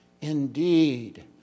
Indeed